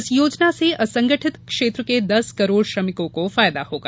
इस योजना से असंगठित क्षेत्र के दस करोड़ श्रमिकों को फायदा होगा